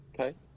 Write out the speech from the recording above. Okay